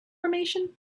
formation